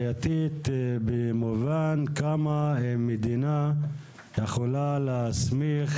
בעייתית במובן של כמה מדינה יכולה להסמיך